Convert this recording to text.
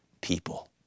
people